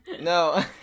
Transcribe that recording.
no